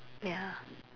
ya